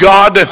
God